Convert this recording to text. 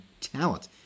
talent